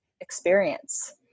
experience